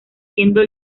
siendo